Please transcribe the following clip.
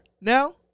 now